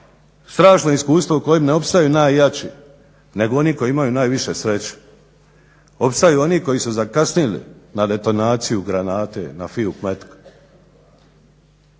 strašno iskustvo u kojem ne opstaju najjači nego oni koji imaju najviše sreće. Ostaju oni koji su najviše zakasnili na detonaciju granate, na fitilj metka.